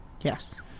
Yes